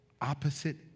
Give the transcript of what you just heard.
opposite